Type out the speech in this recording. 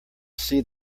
see